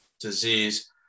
disease